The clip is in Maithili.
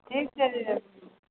ठीक छै